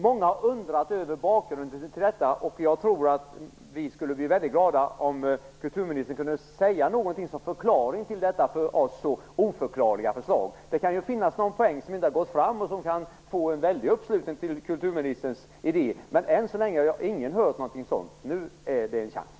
Många har undrat över bakgrunden till detta förslag, och vi skulle bli väldigt glada om kulturministern kunde säga någonting som förklaring till det för oss så oförklarliga förslaget. Det kan ju finnas någon poäng som inte har nått fram och som kan skapa en väldig uppslutning kring kulturministerns idé. Än så länge har ingen hört någonting sådant, men nu finns det en chans.